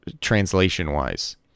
translation-wise